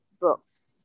books